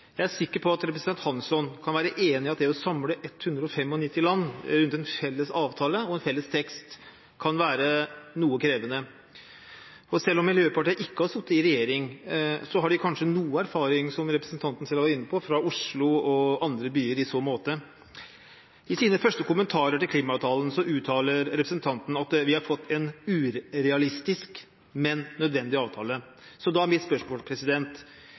Jeg er sikker på at representanten Hansson kan være enig i at det å samle 195 land rundt en felles avtale og en felles tekst kan være noe krevende. Selv om Miljøpartiet ikke har sittet i regjering, har de kanskje noe erfaring, som representanten selv var inne på, fra Oslo og andre byer i så måte. I sine første kommentarer til klimaavtalen uttaler representanten: «Vi har nå fått en helt urealistisk, men helt nødvendig avtale.» Da er mitt spørsmål: